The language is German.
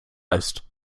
ist